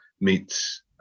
meets